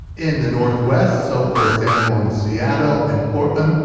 in the northwest, so for example in seattle and portland,